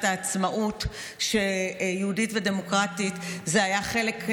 העצמאות שיהודית ודמוקרטית זה היה חלק,